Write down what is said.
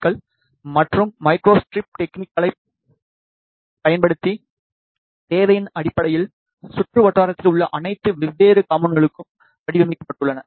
க்கள் மற்றும் microstrip technique களைப் பயன்படுத்தி தேவையின் அடிப்படையில் சுற்று வட்டாரத்தில் உள்ள அனைத்து வெவ்வேறு காம்போனென்ட்களும் வடிவமைக்கப்பட்டுள்ளன